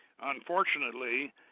Unfortunately